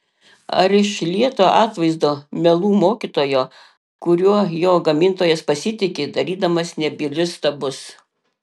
ar iš lieto atvaizdo melų mokytojo kuriuo jo gamintojas pasitiki darydamas nebylius stabus